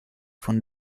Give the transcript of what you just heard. von